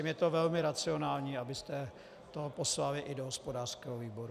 Je to velmi racionální, abyste to poslali i do hospodářského výboru.